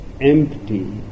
empty